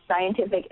Scientific